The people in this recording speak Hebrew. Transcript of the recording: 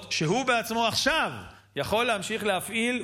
שהוא בעצמו עכשיו יכול להמשיך להפעיל,